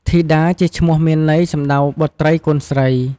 ធីតា ជាឈ្មោះ មានន័យ សំដៅ បុត្រី កូនស្រី។